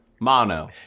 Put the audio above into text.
mono